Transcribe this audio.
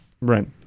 Right